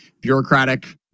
bureaucratic